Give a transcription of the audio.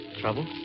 Trouble